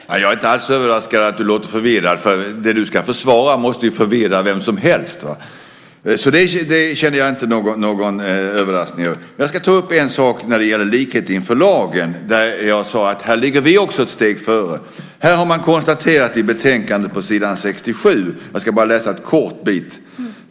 Fru talman! Jag är inte alls överraskad över att du låter förvirrad. Det du ska försvara måste förvirra vem som helst. Det är jag inte överraskad över. Jag ska ta upp en sak som gäller likhet inför lagen. Jag sade att vi ligger ett steg före här också. Detta har man konstaterat i betänkandet på s. 67 - jag ska läsa en kort bit.